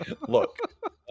Look